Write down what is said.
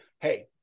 Hey